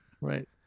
right